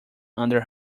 under